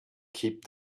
keep